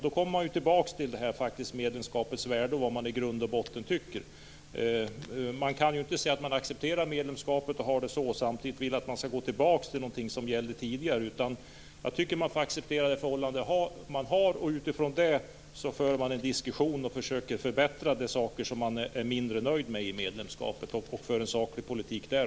Då kommer man tillbaka till detta med medlemskapets värde och vad man i grund och botten tycker. Man kan inte säga att man accepterar medlemskapet samtidigt som man vill gå tillbaka till någonting som gällde tidigare. Jag tycker att man får acceptera det förhållande som är, och utifrån det får man föra en diskussion, försöka förbättra de saker som man är mindre nöjd med i medlemskapet och föra en saklig politik där.